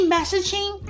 Messaging